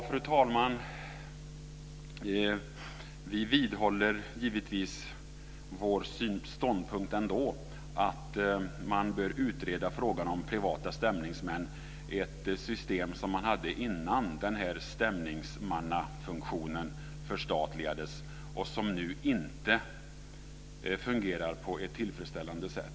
Fru talman! Vi vidhåller givetvis vår ståndpunkt ändå, alltså att man bör utreda frågan om privata stämningsmän, ett system som man hade innan den här stämningsmannafunktionen förstatligades. Den fungerar nu inte på ett tillfredsställande sätt.